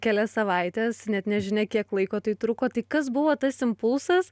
kelias savaites net nežinia kiek laiko tai truko tai kas buvo tas impulsas